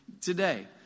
today